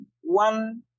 One